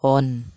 on